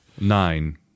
Nine